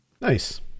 nice